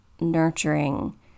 nurturing